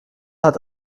hat